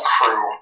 crew